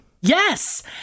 Yes